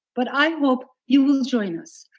but i hope you will join us.